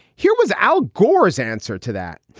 here was al gore's answer to that.